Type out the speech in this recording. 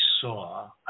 saw